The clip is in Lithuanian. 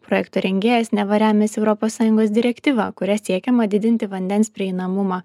projekto rengėjas neva remiasi europos sąjungos direktyva kuria siekiama didinti vandens prieinamumą